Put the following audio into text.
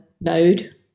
node